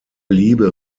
liebe